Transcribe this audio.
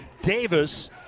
Davis